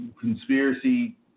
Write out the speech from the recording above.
conspiracy